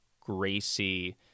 Gracie